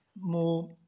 more